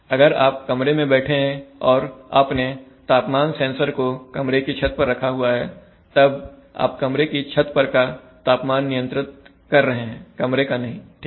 अगर आप कमरे में बैठे हैं और आपने तापमान सेंसर को कमरे की छत पर रखा हुआ है तब आप कमरे की छत पर का तापमान नियंत्रित कर रहे हैं कमरे का नहीं ठीक है